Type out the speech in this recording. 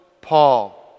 Paul